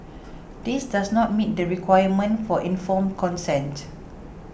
this does not meet the requirement for informed consent